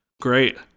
Great